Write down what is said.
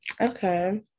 okay